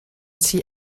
see